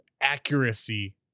accuracy